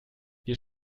wir